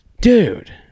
dude